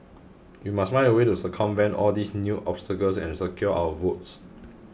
we must find a way to circumvent all these new obstacles and secure our votes